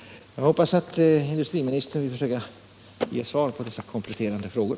Jag hoppas att industriministern vill försöka ge svar på dessa komplicerade frågor.